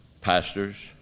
pastors